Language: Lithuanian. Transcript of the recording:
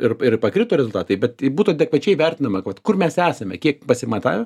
ir ir pakrito rezultatai bet būtų adekvačiai vertinama vat kur mes esame kiek pasimatavę